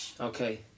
Okay